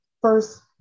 first